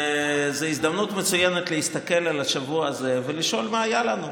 וזו הזדמנות מצוינת להסתכל על השבוע הזה ולשאול: מה היה לנו?